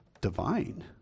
divine